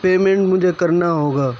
payment مجھے کرنا ہوگا